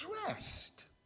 dressed